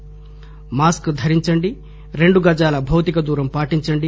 mask ధరించండి రెండు గజాల భౌతికదూరం పాటించండి